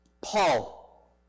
Paul